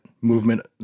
movement